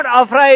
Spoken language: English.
afraid